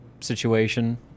situation